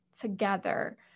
together